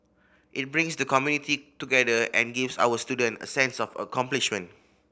it brings the community together and gives our students a sense of accomplishment